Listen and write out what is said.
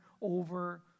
over